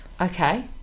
Okay